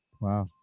Wow